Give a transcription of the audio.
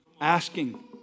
asking